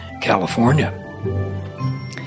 California